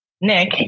Nick